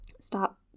Stop